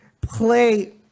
play